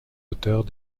auteurs